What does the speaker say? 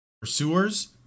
pursuers